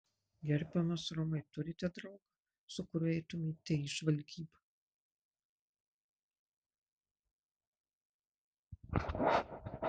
gerbiamas romai turite draugą su kuriuo eitumėte į žvalgybą